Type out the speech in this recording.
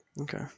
Okay